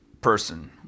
person